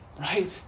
Right